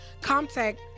Contact